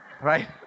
right